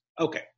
Okay